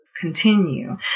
continue